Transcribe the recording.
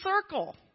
circle